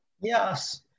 yes